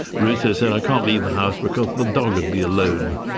rousseau said, i can't leave the house because the dog would be alone.